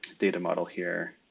data model here.